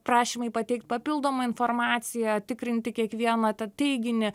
prašymai pateikt papildomą informaciją tikrinti kiekvieną tą teiginį